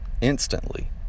instantly